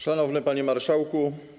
Szanowny Panie Marszałku!